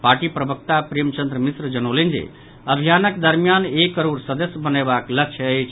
party प्रवक्ता प्रेमचन्द्र मिश्र जनौलनि जे अभियानक दरमियान एक करोड़ सदस्य बनयबाक लक्ष्य अछि